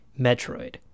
Metroid